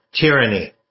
tyranny